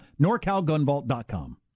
NorCalGunVault.com